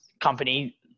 company